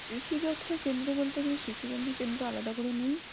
শিশু যত্র কেন্দ্র বলতে এখানে শিশুযত্ন কেন্দ্র আলাদা করে নেই